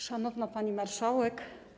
Szanowna Pani Marszałek!